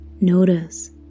notice